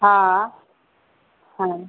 हँ हँ